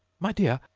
my dear!